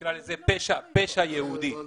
נקרא לזה פשע יהודי.